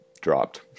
dropped